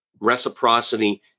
reciprocity